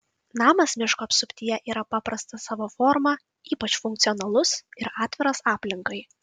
namas miško apsuptyje yra paprastas savo forma ypač funkcionalus ir atviras aplinkai